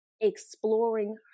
exploring